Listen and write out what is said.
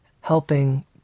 helping